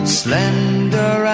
slender